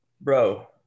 Bro